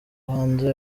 hanze